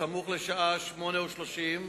סמוך לשעה 08:30,